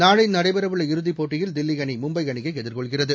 நாளைநடைபெறஉள்ள இறுதிப் போட்டியில் தில்லிஅணிமும்பைஅணியைஎதிர்கொள்கிறது